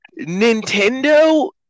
Nintendo